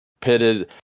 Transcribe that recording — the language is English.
pitted